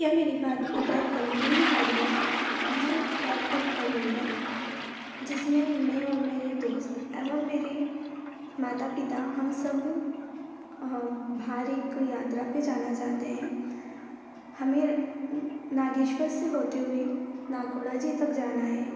क्या मेरी बात ऊबेर कंपनी में हो रही है मुझे एक कैब बुक करनी है जिसमें मैं और मेरे दोस्त एवं मेरे माता पिता हम सब बाहर एक यात्रा पर जाना चाहते हैं हमें नागेश्वर से होते हुए नाकोराज़ी तक जाना है